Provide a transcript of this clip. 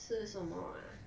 吃什么啊